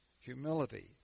humility